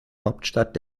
hauptstadt